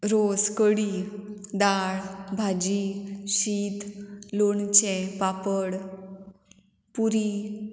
रोस कडी दाळ भाजी शीत लोणचें पापड पुरी